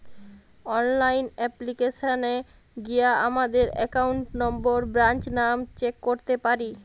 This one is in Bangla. অনলাইন অ্যাপ্লিকেশানে গিয়া আমাদের একাউন্ট নম্বর, ব্রাঞ্চ নাম চেক করতে পারি